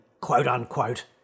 quote-unquote